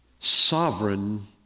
sovereign